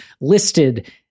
listed